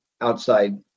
outside